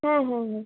হ্যাঁ হ্যাঁ হ্যাঁ